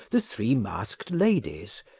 the three masked ladies,